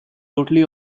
totally